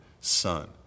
son